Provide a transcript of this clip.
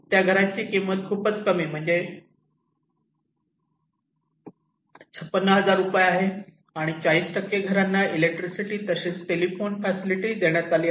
त्या घरांची किंमत खूपच कमी म्हणजे 56000 रुपये आहे आणि 40 घरांना इलेक्ट्रिसिटी तसेच टेलिफोन फॅसिलिटी देण्यात आली आहे